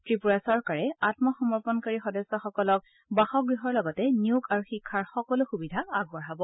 ৱ্ৰিপুৰা চৰকাৰে আত্মসমৰ্পণকাৰী সদস্যসকলক বাসগৃহৰ লগতে নিয়োগ আৰু শিক্ষাৰ সকলো সুবিধা আগবঢ়াব